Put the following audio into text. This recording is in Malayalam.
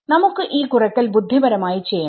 നമുക്ക് ഈ കുറക്കൽ ബുദ്ധിപരമായി ചെയ്യണം